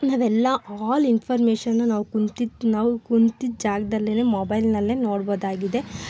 ನಾವೆಲ್ಲ ಆಲ್ ಇನ್ಫಾರ್ಮೇಷನ್ನು ನಾವು ಕೂತಿದ್ದ ನಾವು ಕೂತಿದ್ದ ಜಾಗದಲ್ಲೇನೇ ಮೊಬೈಲ್ನಲ್ಲೇ ನೋಡ್ಬೋದಾಗಿದೆ